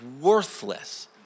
worthless